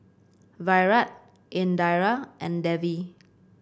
Virat Indira and Devi